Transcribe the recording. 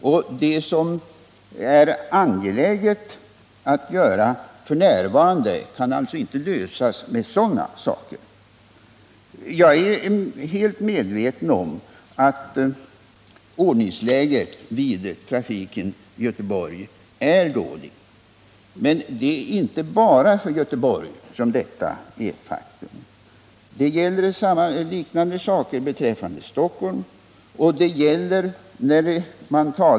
De problem som det f. n. är angeläget att åtgärda kan alltså inte lösas med sådana insatser. Jag är medveten om att ordningsläget på de allmänna trafikmedlen i Göteborg är dåligt. Men detta gäller inte bara för Göteborg. Det gäller också t.ex. beträffande Stockholm.